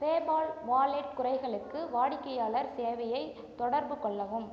PayPal wallet குறைகளுக்கு வாடிக்கையாளர் சேவையைத் தொடர்புகொள்ளவும்